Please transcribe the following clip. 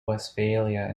westphalia